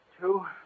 two